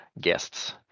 guests